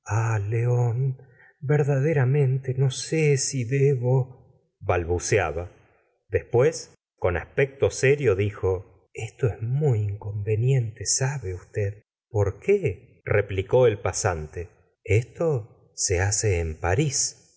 verdaderamente no sé si debo balbuceaba después con aspecto serio dijo esto es muy inconveniente sabe usted por qué replicó el pasante esto se hace en parís